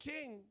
king